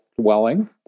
dwelling